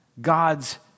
God's